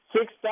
six